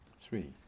Three